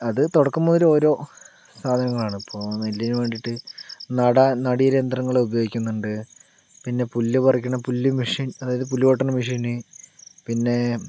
അത് തുടക്കം മുതല് ഓരോ സാധനങ്ങളാണ് ഇപ്പോൾ നെല്ലിന് വേണ്ടീട്ട് നടാൻ നടീരെന്ദ്രങ്ങള് ഉപയോഗിക്കുന്നുണ്ട് പിന്നെ പുല്ല് പറിക്കണ പുല്ല് മെഷീൻ അതായത് പുല്ല് വെട്ടണ മെഷീൻ പിന്നെ